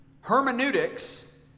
hermeneutics